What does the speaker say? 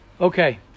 Okay